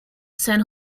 san